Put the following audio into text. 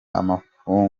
amagufwa